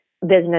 business